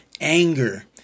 anger